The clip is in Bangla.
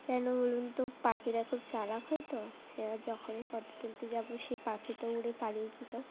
কেন বলুন তো পাখিরা খুব চালাক হয় তো এবার যখনই ফটো তুলতে যাব সেই পাখি তো উড়ে পালিয়ে যেত